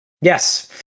Yes